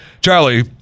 Charlie